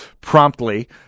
promptly